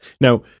Now